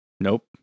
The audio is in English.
Nope